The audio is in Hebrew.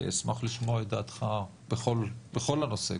אשמח לשמוע את דעתך בכל הנושא,